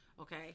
okay